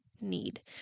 need